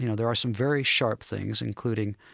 you know there are some very sharp things including,